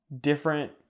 different